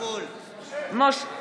בשמות